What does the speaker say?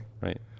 Right